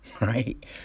Right